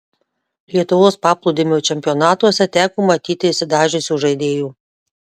lietuvos paplūdimio čempionatuose teko matyti išsidažiusių žaidėjų